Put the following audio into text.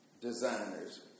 designers